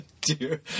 Dear